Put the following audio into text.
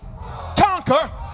conquer